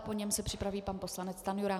Po něm se připraví pan poslanec Stanjura.